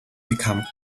become